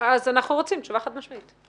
אנחנו רוצים תשובה חד משמעית.